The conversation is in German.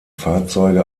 fahrzeuge